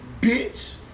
bitch